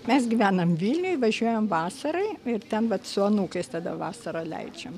mes gyvenam vilniuj važiuojam vasarai ir ten vat su anūkais tada vasarą leidžiam